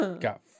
Got